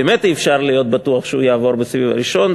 באמת אי-אפשר להיות בטוח שהוא יעבור בסיבוב הראשון.